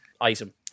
item